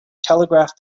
telegraph